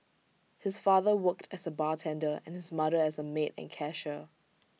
his father worked as A bartender and and his mother as A maid and cashier